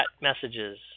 messages